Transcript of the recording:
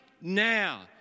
now